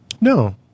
No